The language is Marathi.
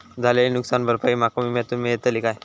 झालेली नुकसान भरपाई माका विम्यातून मेळतली काय?